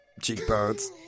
cheekbones